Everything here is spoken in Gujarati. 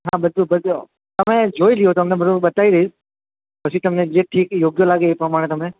હા બધું બધું તમે જોઈ લ્યો તમને બધુ બતાવી દઇશ પછી તમને જે ઠીક યોગ્ય લાગે એ પ્રમાણે તમે